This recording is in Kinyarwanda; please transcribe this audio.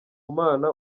mana